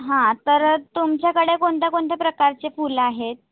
हां तर तुमच्याकडे कोणत्या कोणत्या प्रकारचे फुलं आहेत